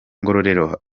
ngororero